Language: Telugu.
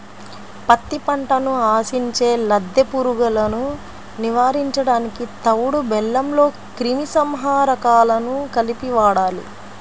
పత్తి పంటను ఆశించే లద్దె పురుగులను నివారించడానికి తవుడు బెల్లంలో క్రిమి సంహారకాలను కలిపి వాడాలి